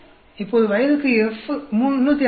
இப்போது வயதுக்கு F 355 1